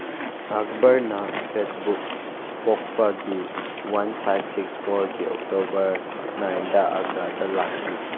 ꯑꯛꯕꯔꯅ ꯐꯥꯏꯕꯣꯛ ꯄꯣꯛꯄꯒꯤ ꯋꯥꯟ ꯐꯥꯏꯚ ꯁꯤꯛꯁ ꯐꯣꯔꯒꯤ ꯑꯣꯛꯇꯣꯕꯔ ꯅꯥꯏꯟꯗ ꯑꯒ꯭ꯔꯥꯗ ꯂꯥꯛꯈꯤ